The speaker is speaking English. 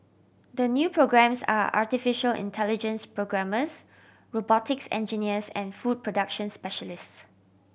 the new programmes are artificial intelligence programmers robotics engineers and food production specialists